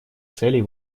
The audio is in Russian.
целей